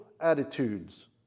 attitudes